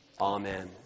Amen